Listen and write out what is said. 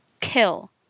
Kill